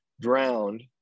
drowned